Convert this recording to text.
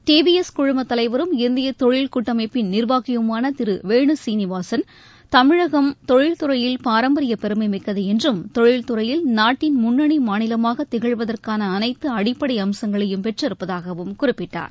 TVS குழும தலைவரும் இந்திய தொழில் கூட்டமைப்பின் நிர்வாகியுமான திரு வேனு சீனிவாசன் தமிழகம் தொழில் துறையில் பாரம்பரிய பெருமை மிக்கது என்றும் தொழில் துறையில் நாட்டின் முன்னணி மாநிலமாக திகழ்வதற்கான அனைத்து அடிப்படை அம்சங்களையும் பெற்றிருப்பதாகவும் குறிப்பிட்டார்